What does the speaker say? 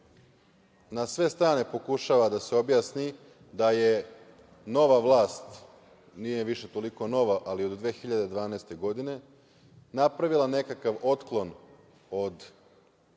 na sve strane pokušava da se objasni da je nova vlast, nije više toliko nova, ali od 2012. godine, napravila nekakav otklon od